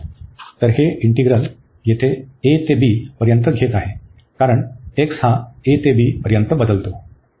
तर हे इंटीग्रल येथे a ते b पर्यंत घेत आहे कारण x हा a ते b पर्यंत बदलतो